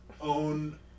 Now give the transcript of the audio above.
own